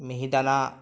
মিহিদানা